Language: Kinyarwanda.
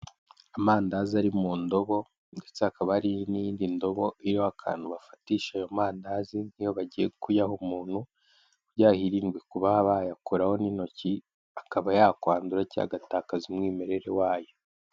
Amandazi ari mu ndobo ndetse hakaba hari n'indi ndobo iriho akantu bafatisha ayo mandazi, iyo bagiye kuyaha umuntu, kugira hirindwe kuba bayakoraho n'intoki akaba yakwandura cyangwa agatakaza umwimerere wayo.